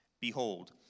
Behold